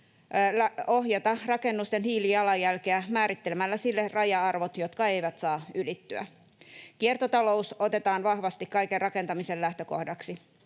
ohjata rakennusten hiilijalanjälkeä määrittelemällä sille raja-arvot, jotka eivät saa ylittyä. Kiertotalous otetaan vahvasti kaiken rakentamisen lähtökohdaksi.